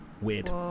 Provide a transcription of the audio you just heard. Weird